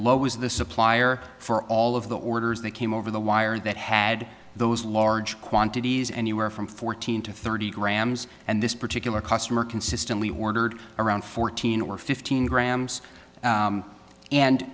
was the supplier for all of the orders they came over the wire that had those large quantities anywhere from fourteen to thirty grams and this particular customer consistently ordered around fourteen or fifteen grams